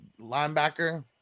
linebacker